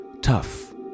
Tough